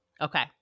Okay